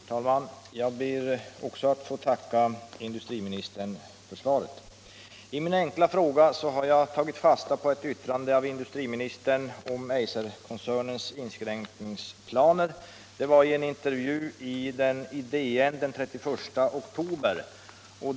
Herr talman! Jag ber också att få tacka industriministern för svaret. I min fråga har jag tagit vara på ett yttrande av industriministern om Eiserkoncernens inskränkningsplaner, det var i en intervju i Dagens Nyheter den 31 oktober.